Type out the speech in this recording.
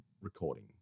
recording